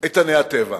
איתני הטבע.